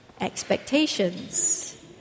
Expectations